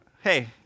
hey